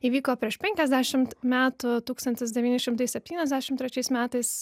įvyko prieš penkiasdešimt metų tūkstantis devyni šimtai septyniasdešim trečiais metais